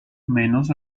menos